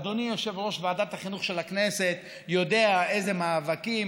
אדוני יושב-ראש ועדת החינוך של הכנסת יודע איזה מאבקים